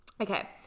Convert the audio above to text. Okay